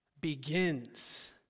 begins